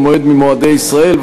הוא מועד ממועדי ישראל,